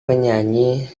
menyanyi